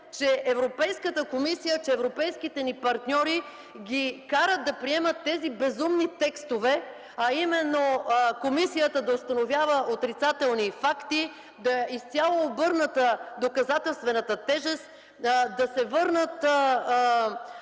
че Европейската комисия, европейските ни партньори ги карат да приемат тези безумни текстове, а именно: комисията да установява отрицателни факти; да е изцяло обърната доказателствената тежест; да се върнат